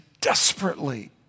desperately